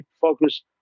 focus